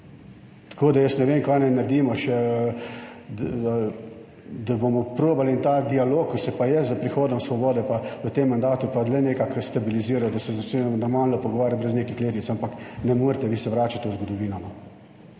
Tko da jaz ne vem, kaj naj naredimo še, da bomo probali in ta dialog, ki se pa je s prihodom Svobode pa v tem mandatu pa le nekako stabiliziral, da se začnemo normalno pogovarjati brez nekih kletvic, ampak ne morete, vi se vračate v zgodovino,